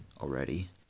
already